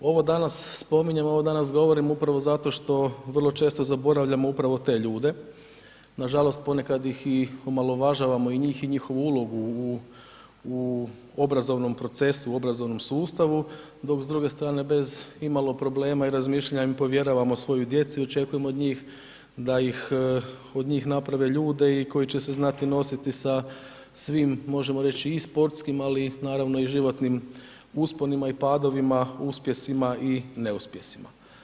Ovo danas spominjem, ovo danas govorim upravo zato što vrlo često zaboravljamo upravo te ljude, nažalost ponekad ih i omalovažavamo i njih i njihovu ulogu u obrazovnom procesu, obrazovnom sustavu dok s druge strane bez imalo problema i razmišljanja im povjeravamo svoju djecu i očekujemo da od njih da ih od njih naprave ljude i koji će se znati nositi sa svim možemo reći i sportskim ali naravno i životnim usponima i padovima, uspjesima i neuspjesima.